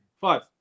Five